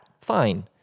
Fine